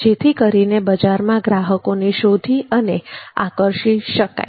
જેથી કરીને બજારમાં ગ્રાહકોની શોધી અને આકર્ષી શકાય